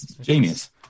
genius